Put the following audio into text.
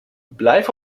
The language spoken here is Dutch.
blijf